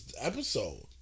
episode